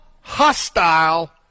hostile